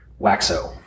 Waxo